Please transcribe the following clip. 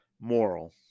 moral